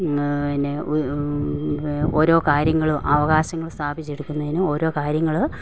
പിന്നെ ഓരോ കാര്യങ്ങൾ അവകാശങ്ങൾ സ്ഥാപിച്ചെടുക്കുന്നതിന് ഓരോ കാര്യങ്ങൾ